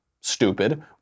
stupid